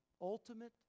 ultimate